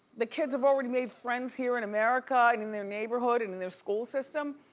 the kids have already made friends here in america and in their neighborhood and in their school system.